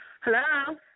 Hello